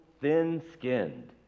thin-skinned